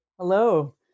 Hello